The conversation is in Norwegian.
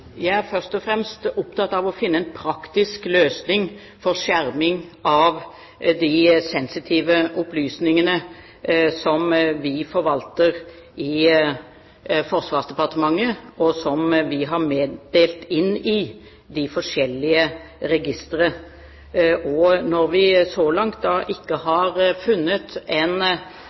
Jeg er først og fremst opptatt av å finne en praktisk løsning for skjerming av de sensitive opplysningene som vi forvalter i Forsvarsdepartementet, og som vi har meldt inn i de forskjellige registre. Når vi så langt ikke har funnet en